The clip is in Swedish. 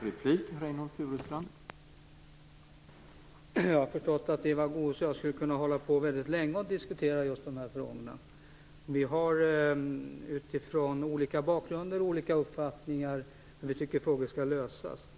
Herr talman! Jag förstår att Eva Goës och jag skulle kunna diskutera just de här frågorna väldigt länge. Vi har utifrån olika bakgrunder olika omfattningar om hur frågorna skall lösas.